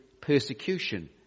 persecution